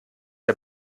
der